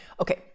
Okay